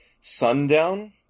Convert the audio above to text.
sundown